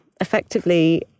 effectively